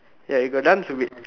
ya you got dance with